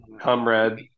Comrade